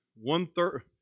one-third